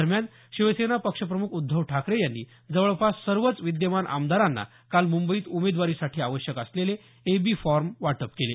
दरम्यान शिवसेना पक्षप्रमुख उद्धव ठाकरे यांनी जवळपास सर्वच विद्यमान आमदारांना काल मुंबईत उमेदवारीसाठी आवश्यक असलेले एबी फॉर्म वाटप केले